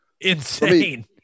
insane